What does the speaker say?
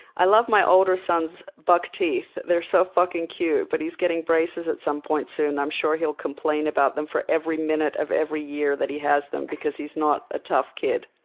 i love my older son's buck teeth. they're so fucking cute. but he's getting braces at some point soon, i'm sure he'll complain about them for every minute of every year that he has them, because he's not a tough kid.